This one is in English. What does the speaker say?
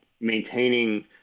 maintaining